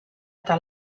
eta